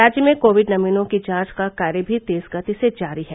राज्य में कोविड नमूनों की जांच का कार्य भी तेज गति से जारी है